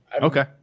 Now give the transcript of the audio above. Okay